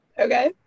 Okay